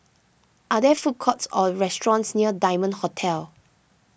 are there food courts or restaurants near Diamond Hotel